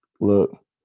look